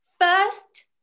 First